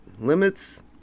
limits